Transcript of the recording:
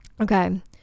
Okay